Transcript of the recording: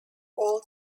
all